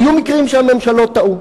היו מקרים שהממשלות טעו.